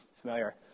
familiar